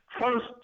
First